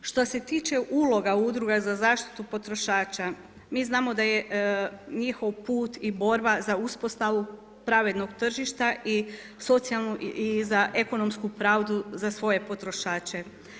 Što se tiče uloga udruga za zaštitu potrošača, mi znamo da je njihov put i borba za uspostavu pravednog tržišta i socijalno i za ekonomsku pravdu za svoje potrošače.